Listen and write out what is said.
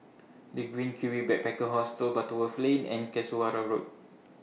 The Green Kiwi Backpacker Hostel Butterworth Lane and Road